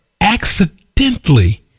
accidentally